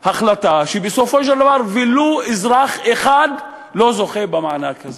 החלטה שבסופו של דבר אף אזרח אחד לא זוכה במענק הזה.